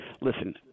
listen